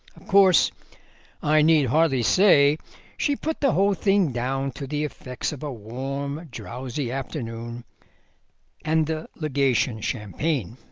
of course i need hardly say she put the whole thing down to the effects of a warm, drowsy afternoon and the legation champagne.